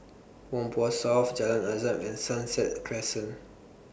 Whampoa South Jalan Azam and Sunset Crescent